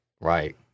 Right